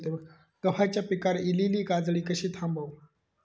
गव्हाच्या पिकार इलीली काजळी कशी थांबव?